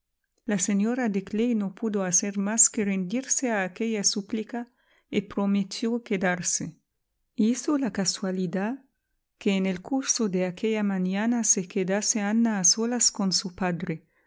la señora de clay no pudo hacer más que rendirse a aquella súplica y prometió quedarse hizo la casualidad que en el curso de aquella mañana se quedase ana a solas con su padre